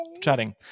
chatting